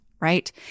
right